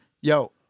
yo